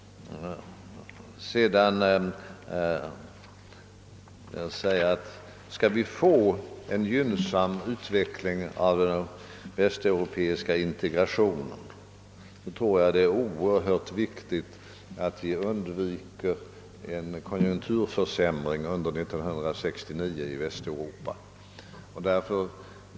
Om vi skall få en gynnsam utveckling av den västeuropeiska integrationen tror jag det är oerhört viktigt att vi undviker en konjunkturförsämring i Västeuropa under 1969.